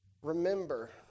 Remember